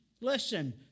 listen